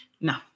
no